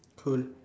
cool